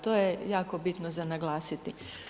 To je jako bitno za naglasiti.